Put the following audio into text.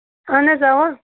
اَہَن حظ اَوا